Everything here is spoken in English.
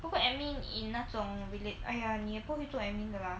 不过 admin in 那种 relate !aiya! 你也不会做 admin 的啦